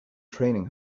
training